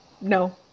No